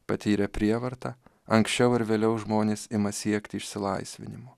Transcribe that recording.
patyrė prievartą anksčiau ar vėliau žmonės ima siekti išsilaisvinimo